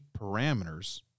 parameters